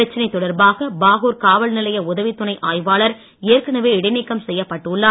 பிரச்சனை தொடர்பாக பாகூர் காவல் நிலைய உதவி துணை ஆய்வாளர் ஏற்கனவே இடைநீக்கம் செய்யப்பட்டு உள்ளார்